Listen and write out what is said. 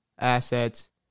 assets